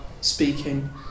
speaking